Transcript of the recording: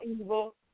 evil